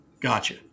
gotcha